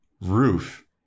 roof